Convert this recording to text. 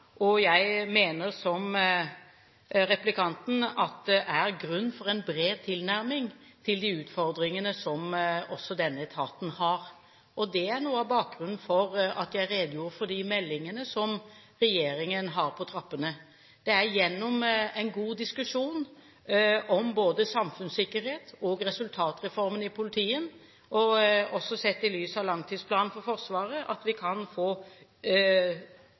Jeg mener, som replikanten, at det er grunn til å ha en bred tilnærming til de utfordringene som også denne etaten har. Det er noe av bakgrunnen for at jeg redegjorde for de meldingene som regjeringen har på trappene. Det er gjennom en god diskusjon om både samfunnssikkerhet og resultatreformen i politiet, og også sett i lys av langtidsplanen for Forsvaret, at vi kan få